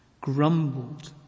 grumbled